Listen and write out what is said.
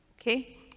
Okay